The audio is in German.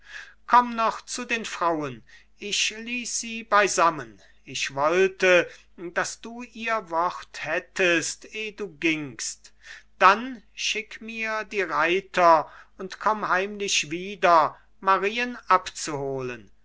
komm noch zu den frauen ich ließ sie beisammen ich wollte daß du ihr wort hättest ehe du gingst dann schick mir die reiter und komm heimlich wieder marien abzuholen